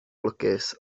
lwcus